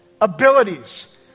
abilities